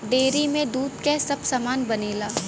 dairy में दूध क सब सामान बनेला